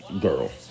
girl